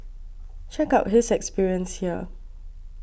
check out his experience here